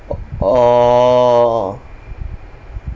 oh